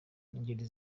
ngeri